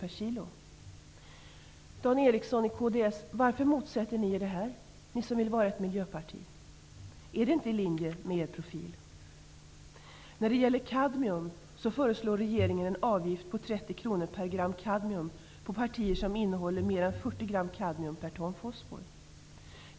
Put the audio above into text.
Varför motsätter ni i kds er detta -- Dan Ericsson i Kolmården? Kds vill ju vara ett miljöparti. Är inte det i linje med er profil? Beträffande kadmium så föreslår regeringen en avgift på 30 kr per gram kadmium på partier som innehåller mer än 50 gram kadmium per ton fosfor.